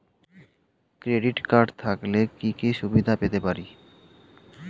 Credit card থাকলে কি কি সুবিধা পেতে পারি?